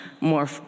more